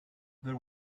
there